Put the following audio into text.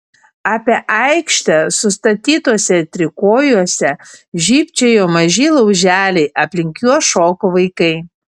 apie aikštę sustatytuose trikojuose žybčiojo maži lauželiai aplink juos šoko vaikai